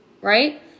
Right